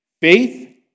Faith